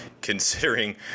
considering